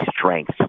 strength